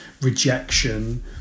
rejection